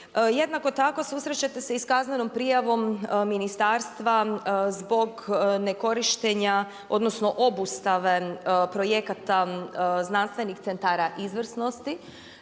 Jednako tako susrećete se i sa kaznenom prijavom ministarstva zbog nekorištenja, odnosno obustave projekata znanstvenih centara izvrsnosti